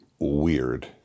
Weird